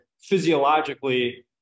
Physiologically